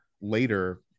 later